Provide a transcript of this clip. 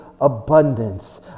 abundance